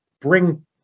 bring